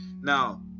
now